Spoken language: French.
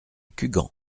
cugand